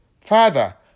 Father